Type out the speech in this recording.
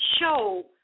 show